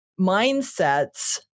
mindsets